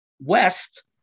west